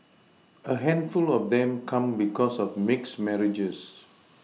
a handful of them come because of mixed marriages